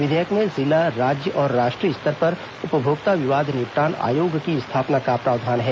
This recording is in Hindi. विधेयक में जिला राज्य और राष्ट्रीय स्तर पर उपभोक्ता विवाद निपटान आयोग की स्थापना का प्रावधान है